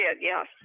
yes